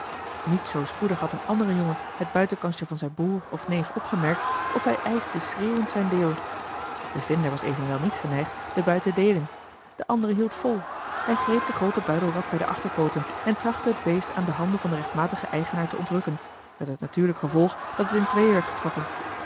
niet zoo spoedig had een andere jongen het buitenkansje van zijn broer of neef opgemerkt of hij eischte schreeuwend zijn deel de vinder was evenwel niet geneigd den buit te deelen de andere hield vol hij greep de groote buidelrat bij de achterpooten en trachtte het beest aan de handen van den rechtmatigen eigenaar te ontrukken met het natuurlijk gevolg dat het in tweeën werd getrokken